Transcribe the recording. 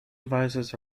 devices